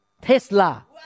Tesla